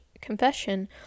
confession